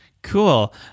Cool